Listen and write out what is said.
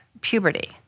puberty